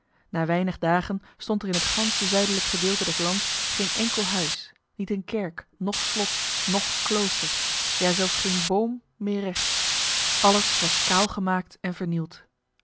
na weinig dagen stond er in het ganse zuidelijk gedeelte des lands geen enkel huis niet een kerk noch slot noch klooster ja zelfs geen boom meer recht alles was kaal gemaakt en vernield